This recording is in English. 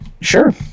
Sure